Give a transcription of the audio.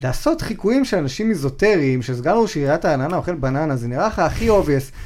לעשות חיקויים של אנשים איזוטריים של סגן עיריית רעננה אוכל בננה, זה נראה לך הכי obvious.